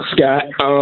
Scott